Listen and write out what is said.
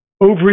Over